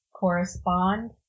correspond